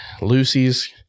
Lucy's